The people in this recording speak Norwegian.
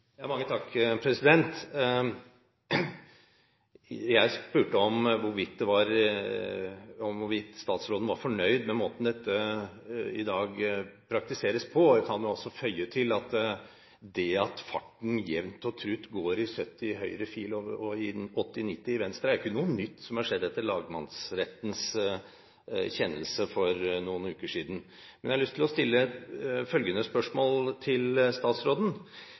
om hvorvidt statsråden var fornøyd med måten dette i dag praktiseres på, og jeg kan altså føye til at det at farten jevnt og trutt går i 70 km/t i høyre fil og i 80/90 i venstre ikke er noe nytt som har skjedd etter lagmannsrettens kjennelse for noen uker siden. Men jeg har lyst til å stille følgende spørsmål: Mener statsråden